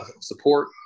support